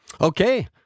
Okay